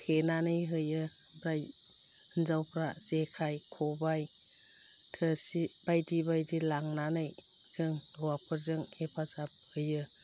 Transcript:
थेनानै होयो ओमफ्राय हिन्जावफ्रा जेखाइ खबाय थोरसि बायदि बायदि लांनानै जों हौवाफोरजों हेफाजाब होयो